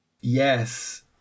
Yes